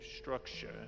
structure